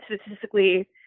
statistically